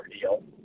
deal